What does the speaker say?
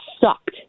sucked